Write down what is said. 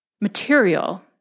material